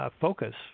focus